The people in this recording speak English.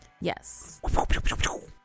Yes